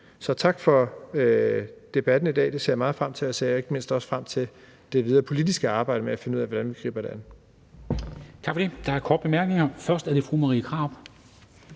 Så tak for debatten, vi får i dag. Den ser jeg meget frem til, og jeg ser ikke mindst også frem til det videre politiske arbejde med at finde ud af, hvordan vi griber det an. Kl. 10:31 Formanden (Henrik Dam Kristensen): Tak for det. Der er korte bemærkninger. Først er det fru Marie Krarup.